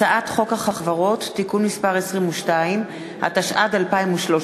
הצעת חוק החברות (תיקון מס' 22), התשע"ד 2013,